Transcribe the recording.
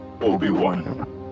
Obi-Wan